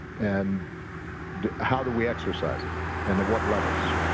and how do we exercise it and at what levels?